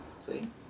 See